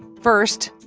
first,